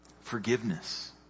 Forgiveness